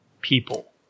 people